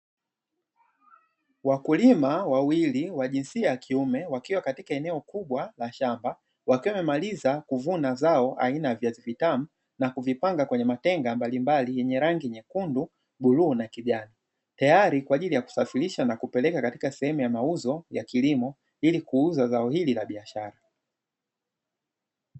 Wakulima wawili wa jinsia ya kiume, wakiwa katika eneo kubwa la shamba, wakiwa wamemaliza kuvuna zao aina ya viazi vitamu, na kuvipanga kwenye matenga mbalimbali yenye rangi nyekundu, bluu na kijani. Tayari kwa ajili ya kusafirisha na kupeleka sehemu ya mauzo ya kilimo, ili kuuza zao hili la biashara.